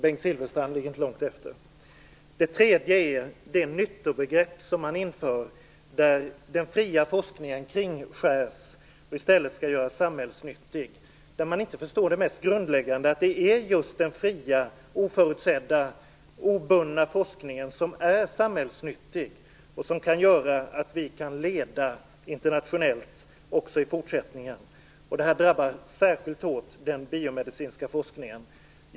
Bengt Silfverstrand ligger inte långt efter. Det tredje är det nyttobegrepp man inför, där den fria forskningen kringskärs och i stället skall göras samhällsnyttig. Man förstår inte det mest grundläggande - att det är just den fria, oförutsedda och obundna forskningen som är samhällsnyttig och som kan göra att Sverige kan leda internationellt också i fortsättningen. Detta drabbar den biomedicinska forskningen särskilt hårt.